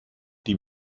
die